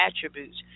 attributes